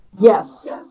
Yes